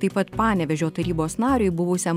taip pat panevėžio tarybos nariui buvusiam